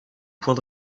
point